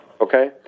okay